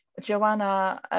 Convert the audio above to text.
Joanna